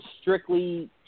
strictly